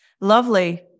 Lovely